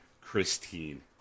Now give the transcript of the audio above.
Christine